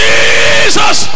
Jesus